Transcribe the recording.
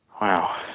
Wow